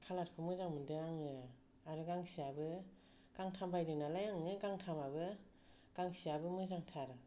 कालार फोरखौ मोजां मोनदों आङो आरो गांसेयाबो गांथाम बायदों नालाय गांथामावबो गांसेयाबो मोजांथार